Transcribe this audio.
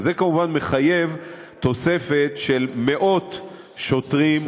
זה מחייב כמובן תוספת של מאות שוטרים,